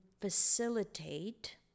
facilitate